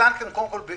קודם כל,